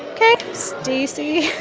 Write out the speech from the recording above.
ok stacey,